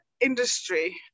industry